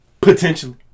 Potentially